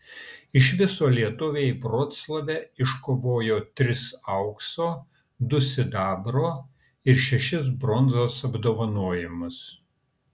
iš viso lietuviai vroclave iškovojo tris aukso du sidabro ir šešis bronzos apdovanojimus